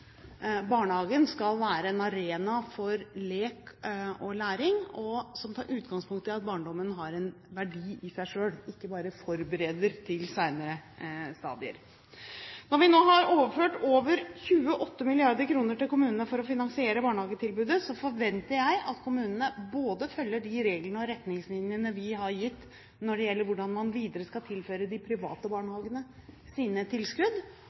arena for lek og læring som tar utgangspunkt i at barndommen har en verdi i seg selv, ikke bare forbereder til senere stadier. Når vi nå har overført over 28 mrd. kr til kommunene for å finansiere barnehagetilbudet, forventer jeg at kommunene både følger de reglene og retningslinjene vi har gitt når det gjelder hvordan man videre skal tilføre de private barnehagene sine tilskudd,